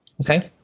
Okay